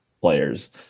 players